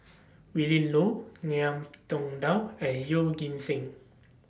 Willin Low Ngiam Tong Dow and Yeoh Ghim Seng